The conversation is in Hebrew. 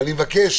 ואני מבקש